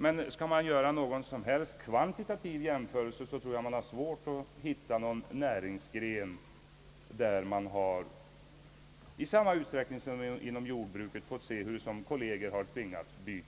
Men skall vi göra någon som helst kvantitativ jämförelse, tror jag vi har svårt att hitta någon näringsgren, där man har i samma utsträckning som i jordbruket fått se hur kolleger tvingas lämna